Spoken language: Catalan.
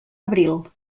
abril